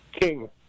King